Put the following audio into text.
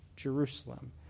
Jerusalem